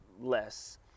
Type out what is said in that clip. less